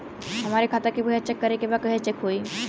हमरे खाता के पैसा चेक करें बा कैसे चेक होई?